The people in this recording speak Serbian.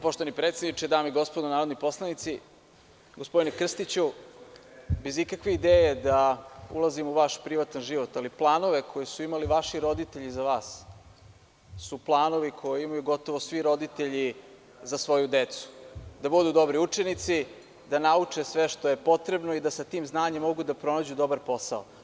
Poštovani predsedniče, dame i gospodo narodni poslanici, gospodine Krstiću, bez ikakve ideje da ulazim u vaš privatan život, ali planove koje su imali vaši roditelji za vas su planovi koje imaju gotovo svi roditelji za svoju decu, da budu dobri učenici, da nauče sve što je potrebno i da sa tim znanjem mogu da pronađu dobar posao.